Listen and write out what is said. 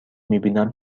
میبینم